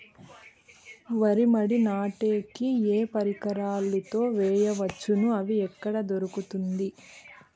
వరి మడి నాటే కి ఏ పరికరాలు తో వేయవచ్చును అవి ఎక్కడ దొరుకుతుంది?